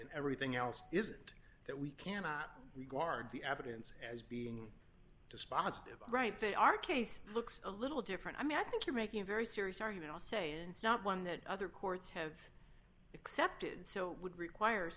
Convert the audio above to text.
and everything else isn't that we cannot regard the evidence as being dispositive right they are case looks a little different i mean i think you're making a very serious argument i'll say and not one that other courts have accepted so would require